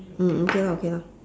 mm okay lah okay lah